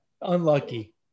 unlucky